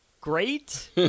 Great